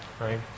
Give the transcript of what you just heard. right